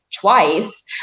twice